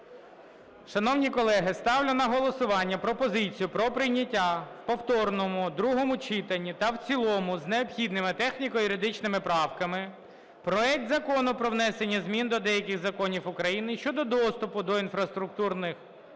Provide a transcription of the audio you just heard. Шановні колеги, ставлю на голосування пропозицію про прийняття в повторному другому читанні та в цілому з необхідними техніко-юридичними правками проект Закону про внесення змін до деяких законів України щодо доступу до інфраструктури